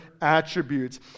attributes